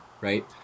right